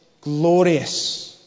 glorious